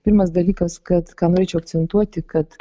pirmas dalykas kad ką norėčiau akcentuoti kad